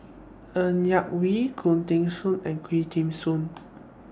Ng Yak Whee Khoo Teng Soon and Quah Kim Song